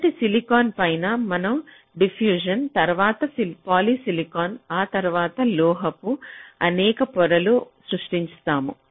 మొదట సిలికాన్ పైన మనం డిఫ్యూషన్ తరువాత పాలిసిలికాన్ తరువాత లోహపు అనేక పొరలను సృష్టిస్తాము